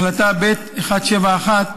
החלטה ב/171,